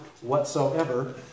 whatsoever